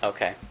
Okay